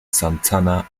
santana